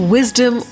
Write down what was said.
Wisdom